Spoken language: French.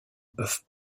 peuvent